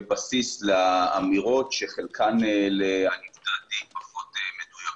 בסיס לאמירות שחלקן לעניות דעתי לא מדויקות.